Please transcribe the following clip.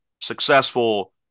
successful